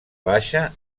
baixa